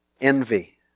Envy